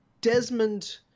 Desmond